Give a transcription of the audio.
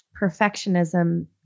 perfectionism